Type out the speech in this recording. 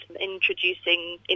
introducing